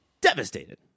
devastated